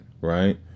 right